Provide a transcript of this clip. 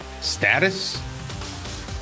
status